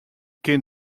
kin